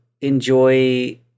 enjoy